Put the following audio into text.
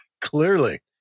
Clearly